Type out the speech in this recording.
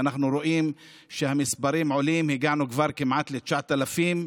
ואנחנו רואים שהמספרים עולים: הגענו כבר כמעט ל-9,000,